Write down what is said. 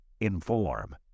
Inform